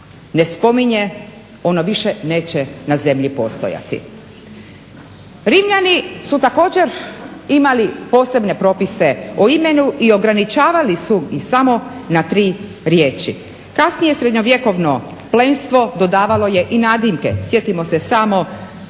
ne spominje, ono više neće na zemlji postojati.“ Rimljani su također imali posebne propise o imenu i ograničavali su ih samo na tri riječi. Kasnije srednjovjekovno plemstvo dodavalo je i nadimke. Sjetimo se samo